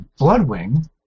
Bloodwing